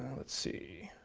let's see.